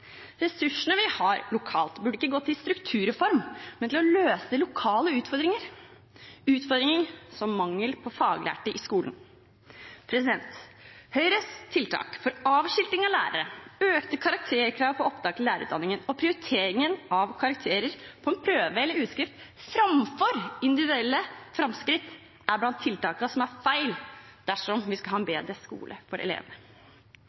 Ressursene vi har lokalt, burde ikke gå til strukturreform, men til å løse lokale utfordringer, utfordringer som mangel på faglærte i skolen. Høyres tiltak for avskilting av lærere, økte karakterkrav for opptak til lærerutdanningen og prioritering av karakterer på en prøve eller utskrift, framfor individuelle framskritt, er blant tiltakene som er feil dersom vi skal ha en bedre skole for elevene.